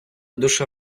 душа